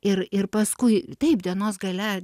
ir ir paskui taip dienos gale